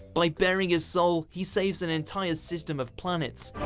by baring his soul, he saves an entire system of planets.